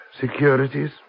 securities